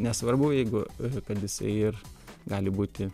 nesvarbu jeigu kad jisai ir gali būti